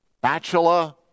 bachelor